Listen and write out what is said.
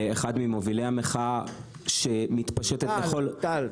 אחד ממובילי המחאה שמתפשטת בכל --- טל,